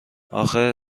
آخه